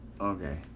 Okay